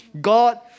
God